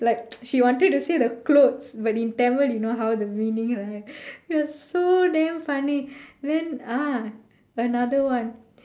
like she wanted to say the clothes but in Tamil you know how the meaning right it was so damn funny then ah another one